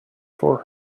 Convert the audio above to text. for